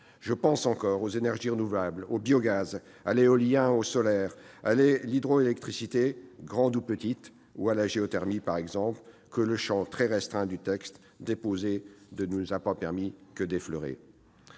Je pense encore aux énergies renouvelables, au biogaz, à l'éolien, au solaire, à l'hydroélectricité, grande ou petite, ou à la géothermie, que le champ très restreint du texte déposé ne nous a permis que d'effleurer,